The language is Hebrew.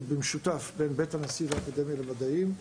במשותף בין בית הנשיא והאקדמיה למדעים.